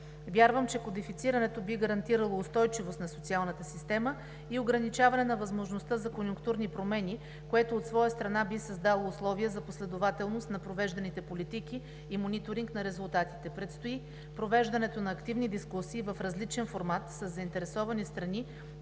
Вярвам, че кодифицирането би гарантирало устойчивост на социалната система и ограничаване на възможността за конюнктурни промени, което от своя страна би създало условия за последователност на провежданите политика и мониторинг на резултатите. Предстои провеждането на активни дискусии в различен формат със заинтересованите страни